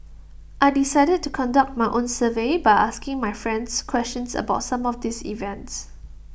I decided to conduct my own survey by asking my friends questions about some of these events